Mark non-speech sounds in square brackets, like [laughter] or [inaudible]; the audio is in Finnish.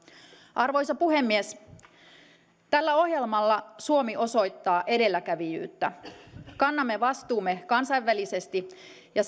arvoisa puhemies tällä ohjelmalla suomi osoittaa edelläkävijyyttä kannamme vastuumme kansainvälisesti ja [unintelligible]